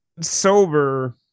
sober